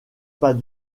pas